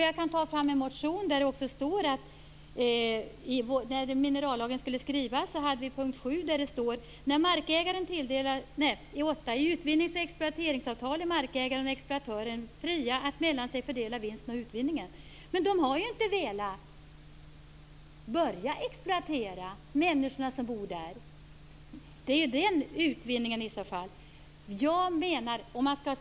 Jag har tagit fram en motion från den tid då minerallagen skulle skrivas. I punkt åtta i denna motion står det att markägaren och exploatören i utvinningsoch exploateringsavtal är fria att mellan sig fördela vinsten av utvinningen. Men människorna som bor i områdena har inte velat börja exploatera. Det är ju den utvinningen det i så fall gäller.